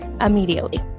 immediately